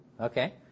Okay